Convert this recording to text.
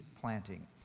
planting